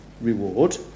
reward